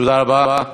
תודה רבה.